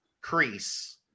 crease